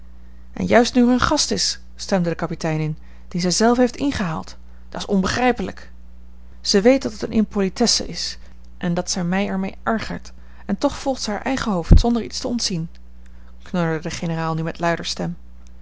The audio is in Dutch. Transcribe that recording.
en juist nu er een gast is stemde de kapitein in dien zij zelve heeft ingehaald dat's onbegrijpelijk zij weet dat het eene impolitesse is en dat zij mij er mee ergert en toch volgt zij haar eigen hoofd zonder iets te ontzien knorde de generaal nu met luider stem